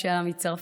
מי שעלה מצרפת,